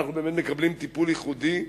ואנחנו באמת מקבלים טיפול ייחודי,